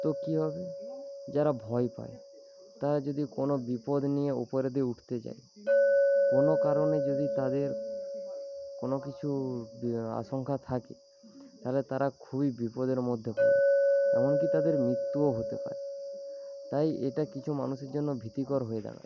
তো কি হবে যারা ভয় পায় তারা যদি কোন বিপদ নিয়ে উপরের দিকে উঠতে যায় কোন কারণে যদি তাদের কোন কিছুর আশঙ্কা থাকে তালে তারা খুবই বিপদের মধ্যে পরে এমন কি তাদের মৃত্যুও হতে পারে তাই এটা কিছু মানুষের জন্য ভীতিকর হয়ে দাড়ায়